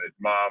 mom